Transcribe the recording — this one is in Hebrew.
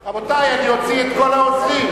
רבותי, אני אוציא את כל העוזרים.